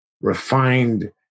refined